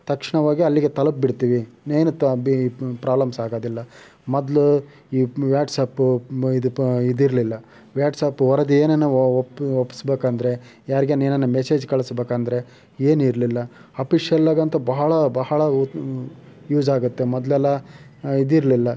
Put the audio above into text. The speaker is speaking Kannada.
ತಕ್ಷಣ ಹೋಗಿ ಅಲ್ಲಿಗೆ ತಲುಪಿಬಿಡ್ತೀವಿ ಏನು ತ ಬಿ ಪ್ರಾಬ್ಲಮ್ಸ್ ಆಗೋದಿಲ್ಲ ಮೊದಲು ಈ ವ್ಯಾಟ್ಸಾಪು ಮ ಇದು ಬ ಇದಿರಲಿಲ್ಲ ವ್ಯಾಟ್ಸಾಪು ವರದಿ ಏನಾರು ಒಪ್ಪು ಒಪ್ಪಿಸ್ಬೇಕೆಂದ್ರೆ ಯಾರಿಗ್ಯಾನ ಏನಾರು ಮೆಸೇಜ್ ಕಳಿಸ್ಬೇಕೆಂದ್ರೆ ಏನಿರಲಿಲ್ಲ ಅಪಿಶಿಯಲ್ಲಾಗಂತೂ ಬಹಳ ಬಹಳ ಊ ಯೂಸಾಗುತ್ತೆ ಮೊದ್ಲೆಲ್ಲ ಇದಿರಲಿಲ್ಲ